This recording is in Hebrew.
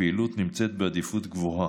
נמצאת בעדיפות גבוהה.